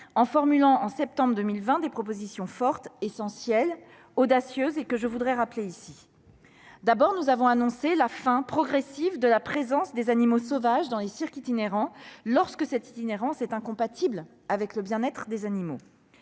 en formulant au mois septembre 2020 des propositions fortes, essentielles et audacieuses. D'abord, nous avons annoncé la fin progressive de la présence des animaux sauvages dans les cirques itinérants lorsque cette itinérance est incompatible avec le bien-être des animaux.